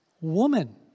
woman